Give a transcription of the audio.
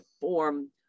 form